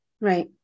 Right